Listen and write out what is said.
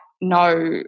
no